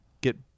get